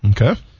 Okay